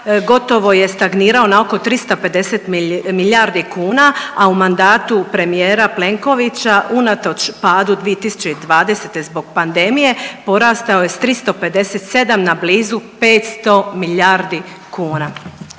gotovo je stagnirao na oko 350 milijardi kuna, a u mandatu premijera Plenkovića unatoč padu 2020. zbog pandemije porastao je s 357 na blizu 500 miljardi kuna.